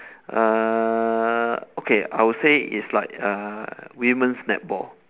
uh okay I'll say it's like uh women's netball